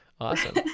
awesome